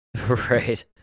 Right